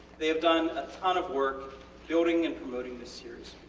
they have done a ton of work building and promoting this series.